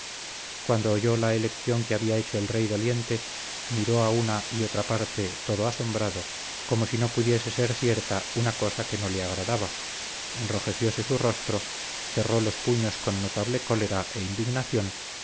cuando oyó la elección que había hecho el rey doliente miró a una y otra parte todo asombrado como si no pudiese ser cierta una cosa que no le agradaba enrojecióse su rostro cerró los puños con notable cólera e indignación